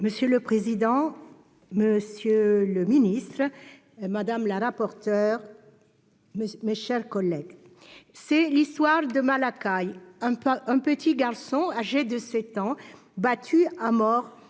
Monsieur le président, monsieur le ministre, madame la rapporteure, mes chers collègues, c'est l'histoire de Malakai, un petit garçon âgé de 7 ans, battu à mort